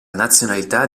nazionalità